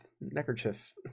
neckerchief